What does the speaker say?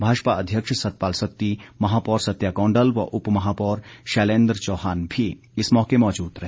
भाजपा अध्यक्ष सतपाल सत्ती महापौर सत्या कौंडल व उपमहापौर शैलेंद्र चौहान भी इस मौके मौजूद रहे